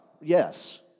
yes